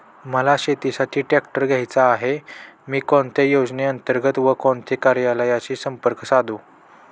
मला शेतीसाठी ट्रॅक्टर घ्यायचा आहे, मी कोणत्या योजने अंतर्गत व कोणत्या कार्यालयाशी संपर्क साधू?